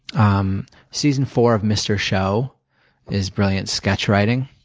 um season four of mr. show is brilliant sketch writing.